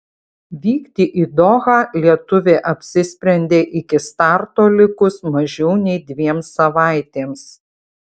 vykti į dohą lietuvė apsisprendė iki starto likus mažiau nei dviem savaitėms